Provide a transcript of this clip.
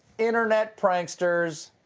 internet pranksters.